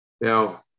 Now